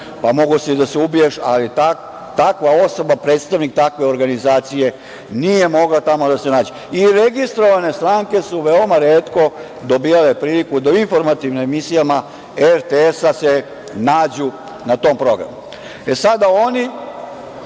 Pa, mogao si da se ubiješ, ali takva osoba, predstavnik takve organizacije nije mogla tamo da se nađe. I registrovane stranke su veoma retko dobijale priliku da u informativnim emisijama RTS-a se nađu na tom programu. Sada, oni